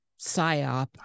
psyop